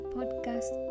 Podcast